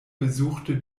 besuchte